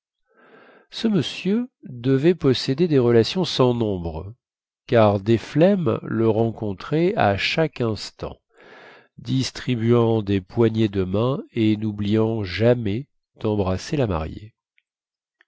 ce monsieur devait posséder des relations sans nombre car desflemmes le rencontrait à chaque instant distribuant des poignées de main et noubliant jamais dembrasser la mariée